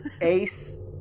Ace